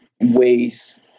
ways